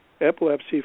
epilepsy